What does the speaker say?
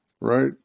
right